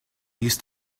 used